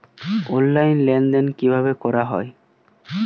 Online লেনদেন কিভাবে করা হয়?